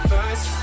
First